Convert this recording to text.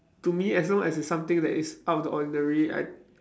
to me as long as it's something that it's out of the ordinary I